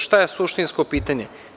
Šta je suštinsko pitanje?